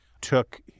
took